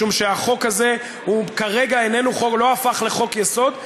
משום שהחוק הזה הוא כרגע לא הפך לחוק-יסוד,